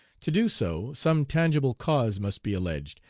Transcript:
to do so, some tangible cause must be alleged,